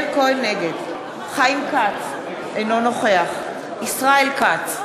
נגד חיים כץ, אינו נוכח ישראל כץ,